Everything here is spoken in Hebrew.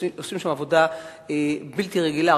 שעושים עבודה בלתי רגילה.